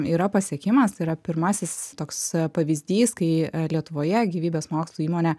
yra pasiekimas tai yra pirmasis toks pavyzdys kai lietuvoje gyvybės mokslų įmonė